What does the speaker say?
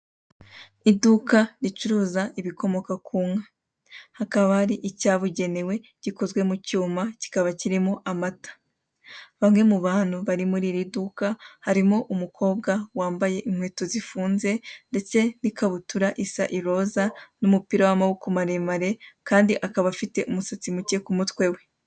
Iduka ricuruza ibikomoka ku nka, hakaba hari icyabugenewe gikozwe mu cyuma kikaba kirimo amata, bamwe mu bantu bari muri iri duka harimo umukobwa wambaye inkweto zifunze ndetse n'ikabutura isa iroza n'umupira w'amaboko maremare kandi akaba afite umusatsi muke ku mutwe we.